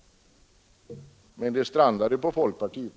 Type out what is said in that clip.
Men det strandade på folkpartiet.